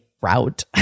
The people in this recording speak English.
route